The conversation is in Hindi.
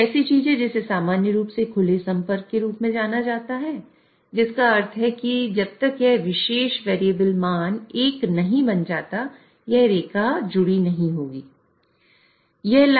एक ऐसी चीज है जिसे सामान्य रूप से खुले संपर्क के रूप में जाना जाता है जिसका अर्थ है कि जब तक यह विशेष वैरिएबल मान 1 नहीं बन जाता है यह रेखा जुड़ी नहीं होंगी